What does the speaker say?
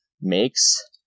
makes